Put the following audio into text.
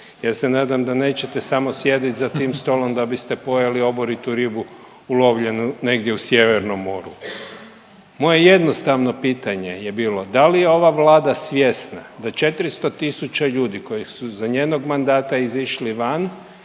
Ja se nadam da nećete samo sjediti za tim stolom da biste pojeli oboritu ribu ulovljenu negdje u sjevernom moru. Moje jednostavno pitanje je bilo da li je ova Vlada svjesna da 400 000 ljudi koji su za njenog mandata izišli van